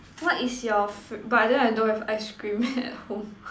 what is your food but then I don't have ice cream at home